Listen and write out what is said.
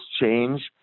change